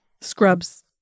scrubs